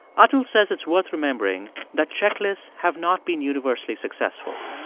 atul says it's worth remembering that checklists have not been universally successful.